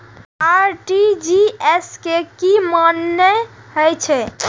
RTGS के की मानें हे छे?